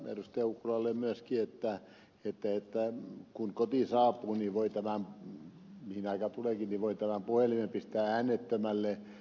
ukkolalle totean myöskin että kun kotiin saapuu mihin aikaan tuleekin voi puhelimen pistää äänettömälle